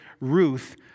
Ruth